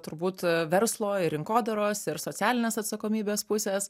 turbūt verslo ir rinkodaros ir socialinės atsakomybės pusės